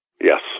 Yes